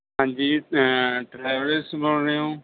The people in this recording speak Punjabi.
ਹਾਂਜੀ ਟਰੈਵਲਸ ਬੋਲ ਰਹੇ ਹੋ